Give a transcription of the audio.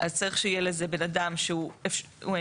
אז צריך שיהיה לזה בן אדם שהוא מורשה.